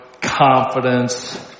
confidence